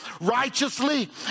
righteously